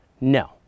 No